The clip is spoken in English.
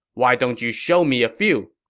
why don't you show me a few?